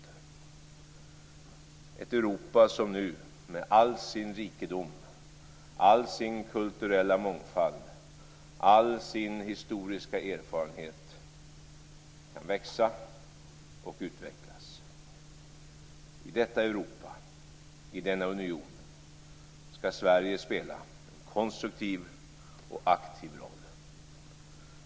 Det är ett Europa som nu med all sin rikedom, all sin kulturella mångfald och all sin historiska erfarenhet kan växa och utvecklas. I detta Europa, i denna union, skall Sverige spela en konstruktiv och aktiv roll.